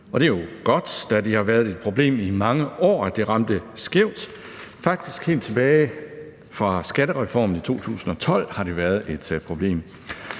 og det er jo godt, da det har været et problem i mange år, at det ramte skævt. Faktisk har det helt tilbage fra skattereformen i 2012 været et problem.